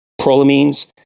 prolamines